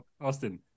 Austin